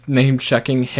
name-checking